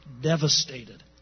devastated